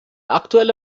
aktuelle